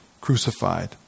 crucified